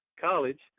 college